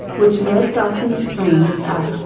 which most often springs up,